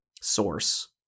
Source